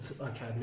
Okay